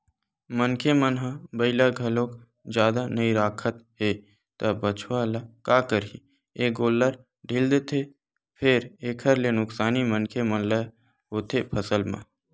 मनखे मन ह बइला घलोक जादा नइ राखत हे त बछवा ल का करही ए गोल्लर ढ़ील देथे फेर एखर ले नुकसानी मनखे मन ल होथे फसल म